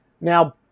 Now